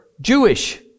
Jewish